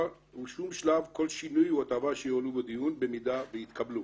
בשום שלב כל שינוי או הטבה שיועלו בדיון במידה ויתקבלו.